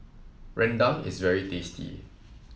Rendang is very tasty